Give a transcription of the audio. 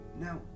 Now